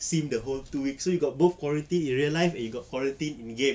since the whole two weeks so you got both quarantine in real life you got quarantine in game